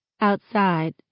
Outside